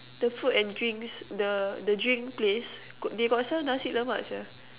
the food and drinks the the drink place got they got sell Nasi-Lemak sia